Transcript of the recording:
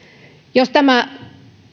jos tämä